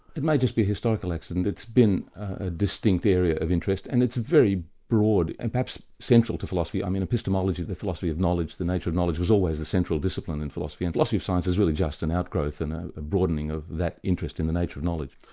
it may just be historical accident. it's been a distinct area of interest, and it's very broad and perhaps central to philosophy, i mean epistemology, the philosophy of knowledge, the nature of knowledge, was always the central discipline in philosophy, and philosophy of science is really just an outgrowth and a broadening of that interest in the nature of knowledge.